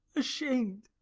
ashamed!